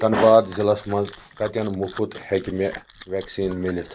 دھنٛباد ضِلعس مَنٛز کَتٮ۪ن مُفت ہیٚکہِ مےٚ ویکسیٖن میٖلِتھ